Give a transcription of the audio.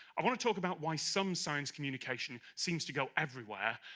i want to talk about why some science communication seems to go everywhere,